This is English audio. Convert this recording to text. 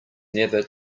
never